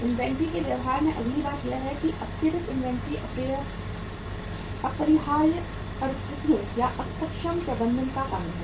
inventory के व्यवहार में अगली बात यह है कि अत्यधिक इन्वेंट्री अपरिहार्य परिस्थितियों या अक्षम प्रबंधन के कारण है